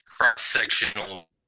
cross-sectional